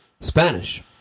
Spanish